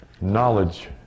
knowledge